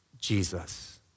Jesus